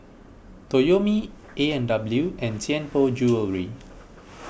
Toyomi A and W and Tianpo Jewellery